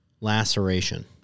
laceration